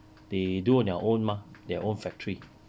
they do on their own mah their own factory